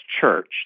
church